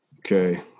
Okay